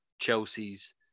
Chelsea's